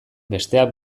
besteak